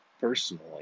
personally